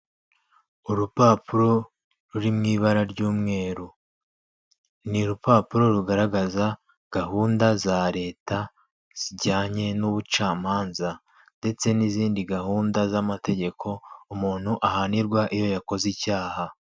Urupapuro ruri mu ibara ry'umweru, ni urupapuro rugaragaza gahunda za leta zijyanye n'ubucamanza ndetse n'izindi gahunda z'amategeko umuntu ahanirwa iyo yakoze icyaha.